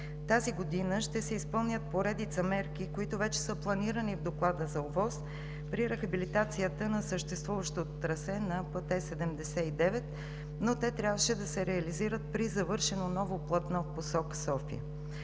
Тази година ще се изпълнят поредица мерки, които вече са планирани в Доклада за ОВОС при рехабилитацията на съществуващото трасе на път Е-79, но те трябваше да се реализират при завършено ново платно в посока София.